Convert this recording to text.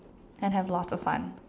and lots of fun